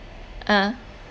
ah